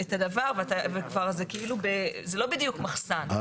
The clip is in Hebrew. את הדבר וזה לא בדיוק מחסן.